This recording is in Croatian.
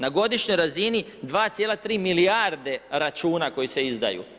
Na godišnjoj razini 2,3 milijarde računa koji se izdaje.